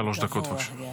שלוש דקות, בבקשה.